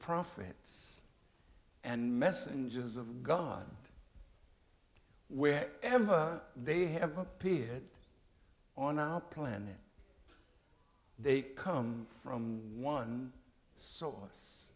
prophets and messengers of god where ever they have appeared on our planet they come from one source